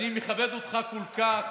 אני מכבד אותך כל כך